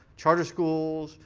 charter schools,